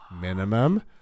minimum